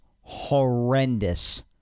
horrendous